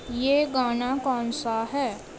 یہ گانا کون سا ہے